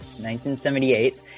1978